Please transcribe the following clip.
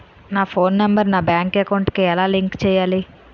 నా phone number నా bank account కి ఎలా లింక్ చేయాలి?